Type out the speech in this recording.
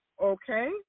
Okay